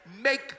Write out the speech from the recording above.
make